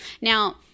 Now